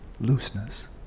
looseness